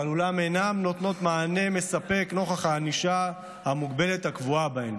ואולם אינן נותנות מענה מספק נוכח הענישה המוגבלת הקבועה בהן,